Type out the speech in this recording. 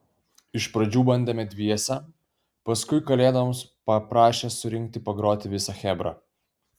iš pradžių bandėme dviese paskui kalėdoms paprašė surinkti pagroti visą chebrą